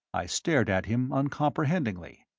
i stared at him uncomprehendingly.